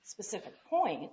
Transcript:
specific point